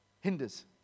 hinders